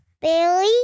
Billy